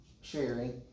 sharing